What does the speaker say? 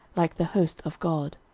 like the host of god.